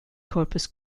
corpus